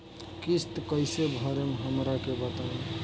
किस्त कइसे भरेम हमरा के बताई?